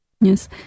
yes